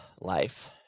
life